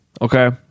Okay